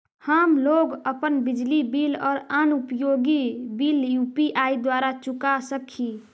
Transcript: हम लोग अपन बिजली बिल और अन्य उपयोगि बिल यू.पी.आई द्वारा चुका सक ही